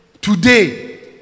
today